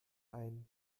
ein